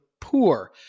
poor